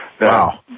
Wow